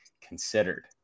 considered